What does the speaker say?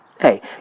Hey